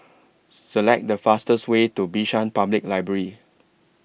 Select The fastest Way to Bishan Public Library